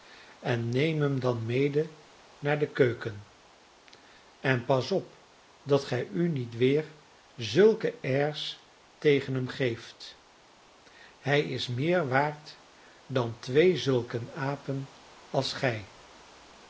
en neem hem dan mede naar de keuken en pas op dat gij u niet weer zulke airs tegen hem geeft hij is meer waard dan twee zulke apen als gij